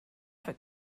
for